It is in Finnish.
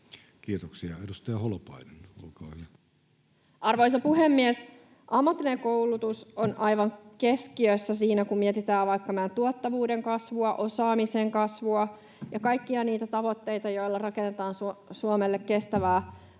liittyviksi laeiksi Time: 20:25 Content: Arvoisa puhemies! Ammatillinen koulutus on aivan keskiössä siinä, kun mietitään vaikka meidän tuottavuuden kasvua, osaamisen kasvua ja kaikkia niitä tavoitteita, joilla rakennetaan Suomelle kestävää tulevaisuutta.